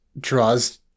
draws